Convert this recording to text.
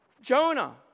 Jonah